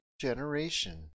generation